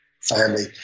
family